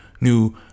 new